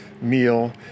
meal